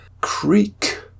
Creek